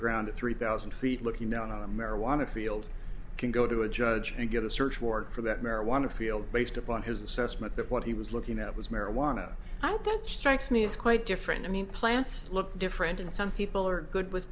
ground at three thousand feet looking down on a marijuana field you can go to a judge and get a search warrant for that marijuana field based upon his assessment that what he was looking at was marijuana i don't strikes me as quite different i mean plants look different and some people are good with